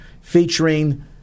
featuring